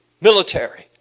military